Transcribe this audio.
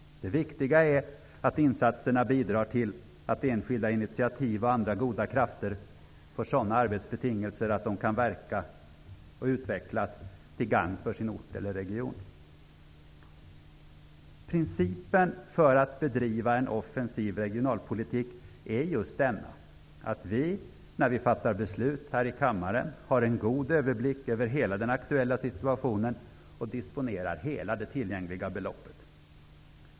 Det viktiga är att insatserna bidrar till att enskilda initiativ och andra goda krafter får sådana arbetsbetingelser att de kan verka och utvecklas till gagn för sin ort eller region. Principen för att bedriva en offensiv regionalpolitik är just denna att vi, när vi fattar beslut här i kammaren, har en god överblick över hela den aktuella situationen och disponerar hela det tillgängliga beloppet.